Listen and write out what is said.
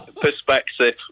Perspective